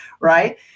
Right